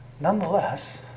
Nonetheless